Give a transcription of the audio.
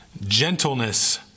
gentleness